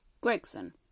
Gregson